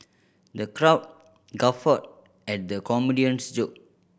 the crowd guffawed at the comedian's joke